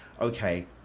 okay